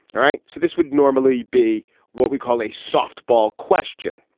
all right. so this would normally be what we call a softball question,